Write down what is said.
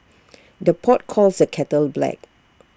the pot calls the kettle black